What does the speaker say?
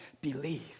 believe